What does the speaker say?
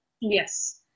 Yes